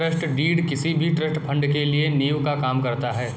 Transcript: trust deed किसी भी trust fund के लिए नीव का काम करता है